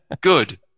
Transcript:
Good